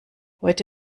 heute